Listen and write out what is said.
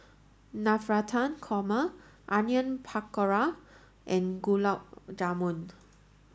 Navratan Korma Onion Pakora and Gulab Jamun